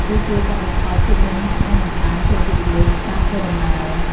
វាជួយកាត់បន្ថយភាពនឿយហត់ និងបង្កើនភាពរីករាយនៃការធ្វើដំណើរ។